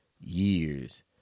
years